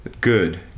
good